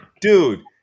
Dude